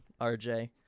RJ